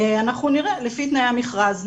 אנחנו נראה, לפי תנאי המכרז.